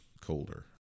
colder